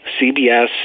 CBS